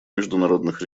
международных